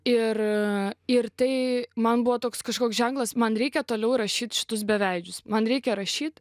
ir ir tai man buvo toks kažkoks ženklas man reikia toliau rašyti raštus beveidžius man reikia rašyt